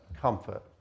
comfort